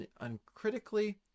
uncritically